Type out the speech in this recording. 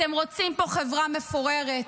אתם רוצים פה חברה מפוררת,